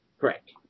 Correct